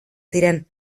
ziren